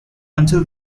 until